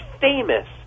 famous